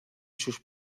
sus